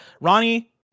Ronnie